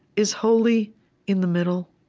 is holy in the middle?